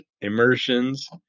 immersions